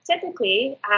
typically